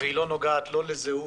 והיא לא נוגעת לא לזהות